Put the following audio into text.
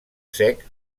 sec